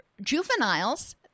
juveniles